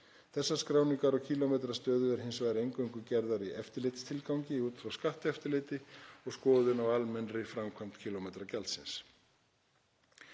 Þessar skráningar á kílómetrastöðu er hins vegar eingöngu gerðar í eftirlitstilgangi út frá skatteftirliti og skoðun á almennri framkvæmd kílómetragjaldsins.